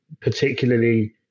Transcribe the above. particularly